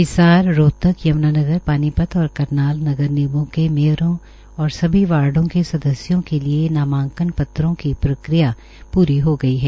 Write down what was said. हिसार रोहतक यम्नानगर पानीपत और करनाल नगर निगमों के मेयरों और सभी वार्डो के सदस्यों के लिए नामांकन पत्रों की प्रक्रिया प्री हो गई है